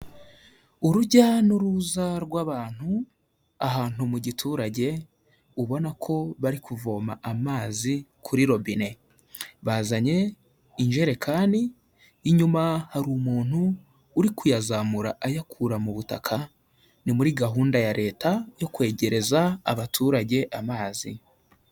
Urujya n'uruza rw'abantu ahantu mu giturage, ubona ko bari kuvoma amazi kuri robine, bazanye injerekani, inyuma hari umuntu uri kuyazamura ayakura mu butaka, ni muri gahunda ya Leta yo kwegereza abaturage amazi.